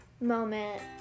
moment